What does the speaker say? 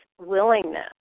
willingness